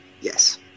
Yes